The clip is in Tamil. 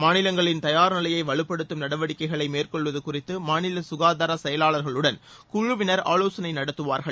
மாநிலங்களின் தயார் நிலையை வலுப்படுத்தும் நடவடிக்கைகளை மேற்கொள்வது குறித்து மாநில சுகாதார செயலாளர்களுடன் குழுவினர் ஆலோசனை நடத்துவார்கள்